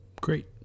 Great